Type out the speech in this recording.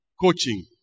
coaching